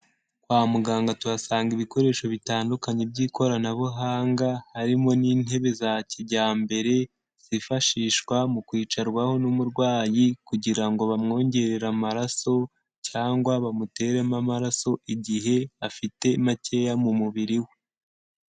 Kwa muganga tuhasanga ibikoresho bitandukanye by'ikoranabuhanga, harimo n'intebe za kijyambere zifashishwa mu kwicarwaho n'umurwayi kugira ngo bamwongerera amaraso cyangwa bamuteremo amaraso, igihe afite makeya mu mubiri we.